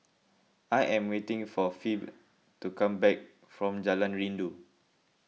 I am waiting for Phebe to come back from Jalan Rindu